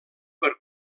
per